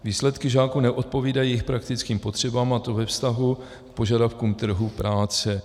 Výsledky žáků neodpovídají praktickým potřebám, a to ve vztahu k požadavkům trhu práce.